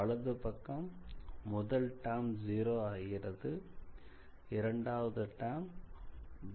வலது பக்கம் முதல் டெர்ம் 0 ஆகிறது இரண்டாவது டெர்ம் b